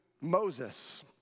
Moses